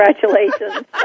congratulations